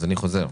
שאתם רוצים